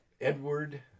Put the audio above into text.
Edward